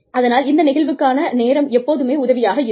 அதனால் இந்த நெகிழ்வான நேரம் எப்போதுமே உதவியாக இருக்கும்